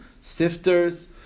sifters